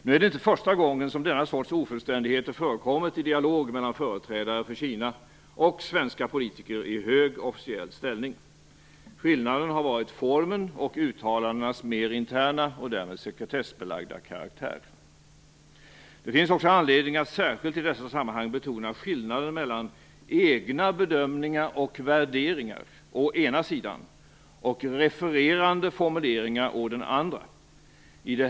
Nu är det inte första gången som denna sorts ofullständigheter förekommit i dialog mellan företrädare för Kina och svenska politiker i hög officiell ställning. Skillnaden har varit formen och uttalandenas mer interna och därmed sekretessbelagda karaktär. Det finns också anledning att särskilt i dessa sammanhang betona skillnader mellan egna bedömningar och värderingar å ena sidan, och refererande formuleringar å andra sidan.